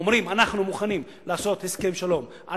אומרים: אנחנו מוכנים לעשות הסכם שלום על